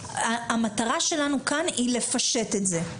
המטרה שלנו כאן היא לפשט את זה.